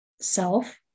self